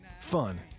fun